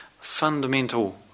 fundamental